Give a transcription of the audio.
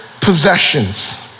possessions